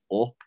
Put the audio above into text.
up